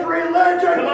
religion